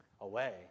away